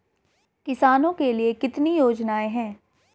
किसानों के लिए कितनी योजनाएं हैं?